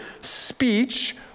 speech